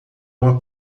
uma